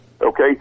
Okay